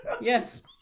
Yes